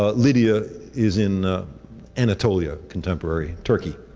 ah lydia is in anatolia, contemporary turkey.